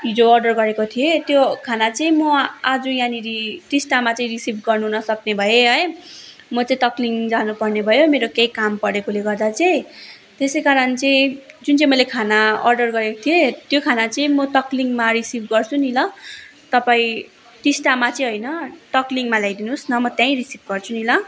हिजो अर्डर गरेको थिएँ त्यो खाना चाहिँ म आज यहाँनिर टिस्टामा चाहिँ रिसिभ गर्नु नसक्ने भएँ है म चाहिँ तक्लिङ जानु पर्ने भयो मेरो केही काम परेकोले गर्दा चाहिँ त्यसै कारण चाहिँ जुन चाहिँ मैले खाना अर्डर गरेको थिएँ त्यो खाना चाहिँ म तक्लिङमा रिसिभ गर्छु नि ल तपाईँ टिस्टामा चाहिँ होइन तक्लिङमा ल्याइदिनुहोस् न म त्यहीँ रिसिभ गर्छु नि ल